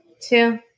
two